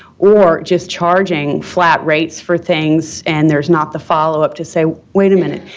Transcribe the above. or just charging flat rates for things, and there's not the follow-up to say, wait a minute.